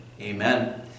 Amen